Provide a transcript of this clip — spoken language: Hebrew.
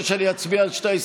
אחד.